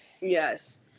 Yes